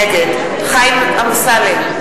נגד חיים אמסלם,